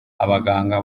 abaganga